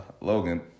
Logan